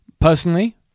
personally